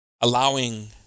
allowing